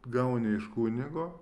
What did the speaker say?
gauni iš kunigo